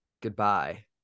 Goodbye